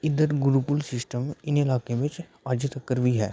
एह् जेह्ड़े गुरूकुल सिस्टम इनें लाकें बिच अज्ज तोड़ी बी ऐ